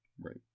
Right